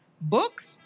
books